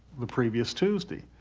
the previous tuesday.